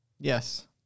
Yes